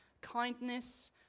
kindness